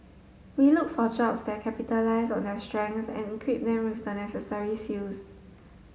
we look for jobs that capitalise on their strengths and equip them with the necessary skills